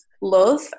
love